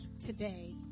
today